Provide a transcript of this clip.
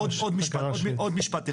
עוד משפט אחד.